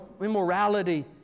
immorality